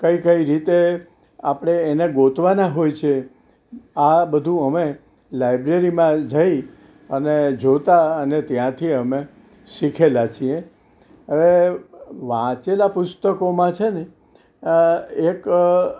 કઈ કઈ રીતે આપણે એને ગોતવાના હોય છે આ બધું અમે લાઇબ્રેરીમાં જઈ અને જોતાં અને ત્યાંથી અમે શીખેલા છીએ હવે વાંચેલા પુસ્તકોમાં છેને એક